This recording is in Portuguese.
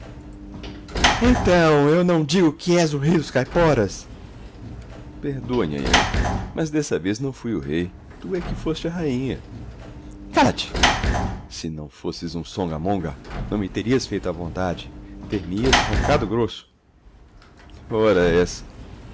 eu não digo que és o rei dos caiporas perdoa nhanhã mas desta vez não fui o rei tu é que foste a rainha cala-te se não fosses um songamonga não me terias feito a vontade ter me ias roncado grosso ora essa